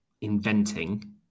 inventing